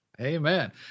Amen